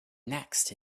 next